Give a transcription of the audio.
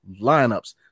lineups